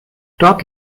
dort